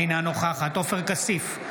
אינה נוכחת עופר כסיף,